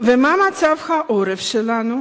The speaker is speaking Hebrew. ומה מצב העורף שלנו?